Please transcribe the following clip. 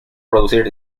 producir